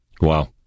Wow